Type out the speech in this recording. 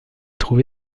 trouvé